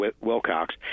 Wilcox